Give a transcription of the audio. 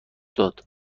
داد